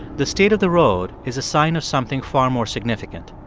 the state of the road is a sign of something far more significant.